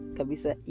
Kabisa